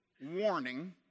warning